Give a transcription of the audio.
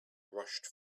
rushed